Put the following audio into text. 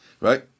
Right